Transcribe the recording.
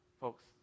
folks